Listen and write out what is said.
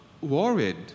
worried